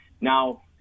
Now